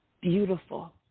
Beautiful